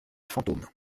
fantôme